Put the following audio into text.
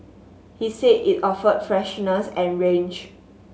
he said it offered freshness and range